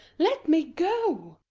let me go!